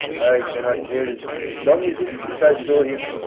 cannot tell long is it since i saw him,